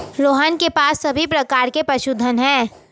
रोहन के पास सभी प्रकार के पशुधन है